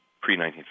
pre-1950